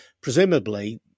presumably